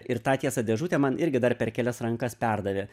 ir tą tiesa dėžutę man irgi dar per kelias rankas perdavė